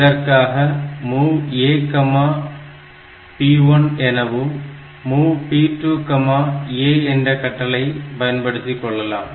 இதற்காக MOV AP1 எனவும் MOV P2A என்ற கட்டளைகளை பயன்படுத்திக் கொள்ளலாம்